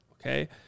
Okay